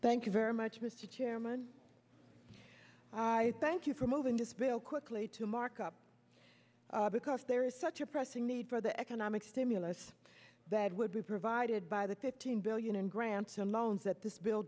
thank you very much mr chairman i thank you for moving this bill quickly to markup because there is such a pressing need for the economic stimulus that would be provided by the fifteen billion in grants and loans that this bill